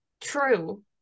True